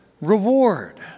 reward